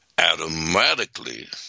automatically